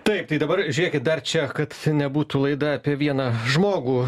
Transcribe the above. taip tai dabar žiūrėkit dar čia kad nebūtų laida apie vieną žmogų